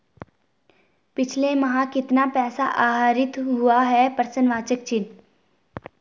पिछले माह कितना पैसा आहरित हुआ है?